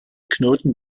knoten